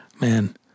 Man